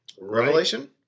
Revelation